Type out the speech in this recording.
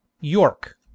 York